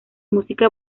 música